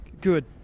Good